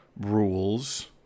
rules